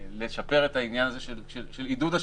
לשפר את העניין הזה של עידוד השיתוף.